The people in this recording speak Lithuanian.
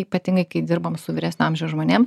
ypatingai kai dirbam su vyresnio amžiaus žmonėm